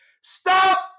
Stop